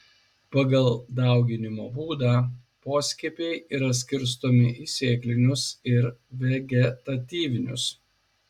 pagal dauginimo būdą poskiepiai yra skirstomi į sėklinius ir vegetatyvinius